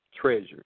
treasure